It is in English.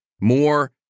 more